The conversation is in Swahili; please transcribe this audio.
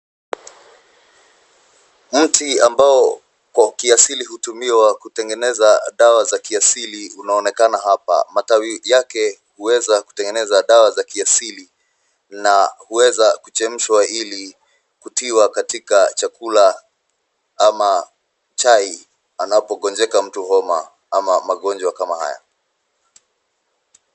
Mti ambao kwa kiasiri hutumiwa kutengeneza dawa za kiasiri unaonekana hapa. Matawi yake, huweza kutengeneza dawa za kiasiri na huweza kuchemshwa ili kutiwa katika chakula, ama chai anapogonjeka mtu homa ama magonjwa kama haya.